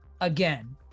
again